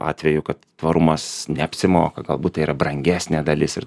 atveju kad tvarumas neapsimoka galbūt tai yra brangesnė dalis ir